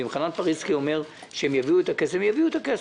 ואם חנן פריצקי אומר שהם יביאו את הכסף אז הם יביאו את הכסף.